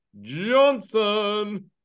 johnson